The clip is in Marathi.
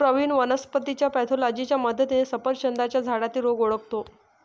प्रवीण वनस्पतीच्या पॅथॉलॉजीच्या मदतीने सफरचंदाच्या झाडातील रोग ओळखतो